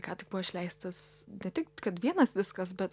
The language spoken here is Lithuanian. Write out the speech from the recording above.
ką tik buvo išleistas ne tik kad vienas viskas bet